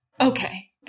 okay